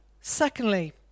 Secondly